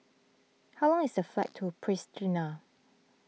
how long is the flight to Pristina